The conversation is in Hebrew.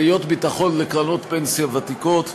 28) (כריות ביטחון לקרנות פנסיה ותיקות),